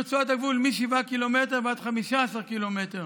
ברצועת הגבול שבין 7 קילומטר ל-15 קילומטר